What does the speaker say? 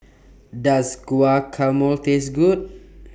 Does Guacamole Taste Good